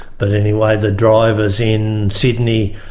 but anyway, the drivers in sydney,